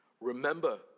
Remember